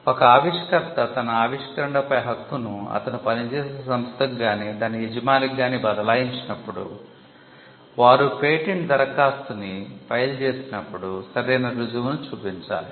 ఒక ఆవిష్కర్త తన ఆవిష్కరణపై హక్కును అతను పనిచేసే సంస్థకు గానీ దాని యజమానికి గానీ బదలాయించినప్పుడు వారు పేటెంట్ దరఖాస్తుని ఫైల్ చేసినప్పుడు సరైన రుజువును చూపించాలి